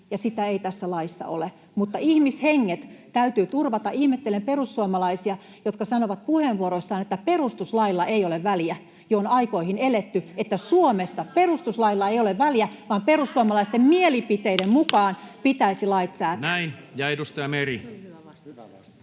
ja sitä ei tässä laissa ole. Mutta ihmishenget täytyy turvata. Ihmettelen perussuomalaisia, jotka sanovat puheenvuoroissaan, että perustuslailla ei ole väliä. Jo on aikoihin eletty, että Suomessa perustuslailla ei ole väliä vaan perussuomalaisten mielipiteiden mukaan pitäisi lait säätää. [Speech 90] Speaker: